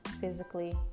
physically